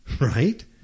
Right